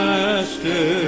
master